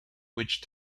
which